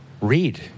read